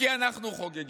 כי אנחנו חוגגים.